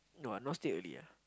no ah now still early ah